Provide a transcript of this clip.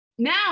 Now